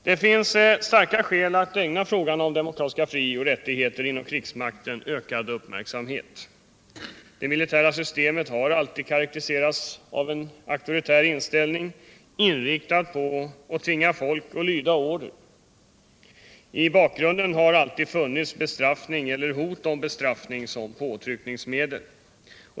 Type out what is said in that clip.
Det finns starka skäl att ägna frågan om demokratiska fri och rättigheter inom krigsmakten ökad uppmärksamhet. Det militära systemet har alltid karakteriserals av en auktoritär inställning, inriktad på att tvinga folk att lyda order. I bakgrunden har alltid funnits bestraffning eller hot om bestraffning som påtryckningsmedel.